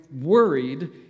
worried